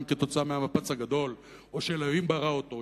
אם כתוצאה מהמפץ הגדול או שאלוהים ברא אותו,